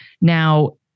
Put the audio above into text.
Now